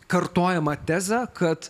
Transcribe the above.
kartojamą tezę kad